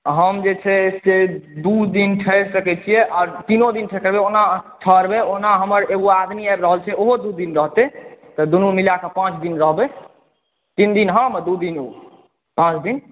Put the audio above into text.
हम जे छै दू दिन ठहरि सकै छियै आर तीनो दिन कहियौ अहाँ ठहरबै ओना हमर ईगो आदमी आबि रहल छै तऽ ओहो दू दिन रहतै दुनू मिलाकऽ पाँच दिन भय गेल तीन दिन हम दू दिन ओ पाँच दिन